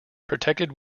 protected